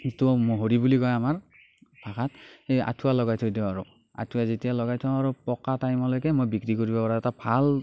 যিটো মহৰি বুলি কয় আমাৰ ভাষাত সেই আঠুৱা লগাই থৈ দিওঁ আৰু আঠুৱা যেতিয়া লগাই থওঁ আৰু পকা টাইমলৈকে বিক্ৰী কৰিব পৰা এটা ভাল